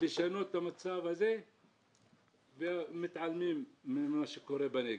לשנות את המצב הזה ומתעלמים ממה שקורה בנגב.